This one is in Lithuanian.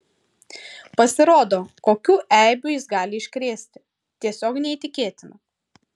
pasirodo kokių eibių jis gali iškrėsti tiesiog neįtikėtina